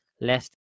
less